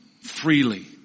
freely